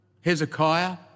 Hezekiah